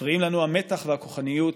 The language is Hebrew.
מפריעים לנו המתח והכוחנות,